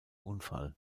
unfall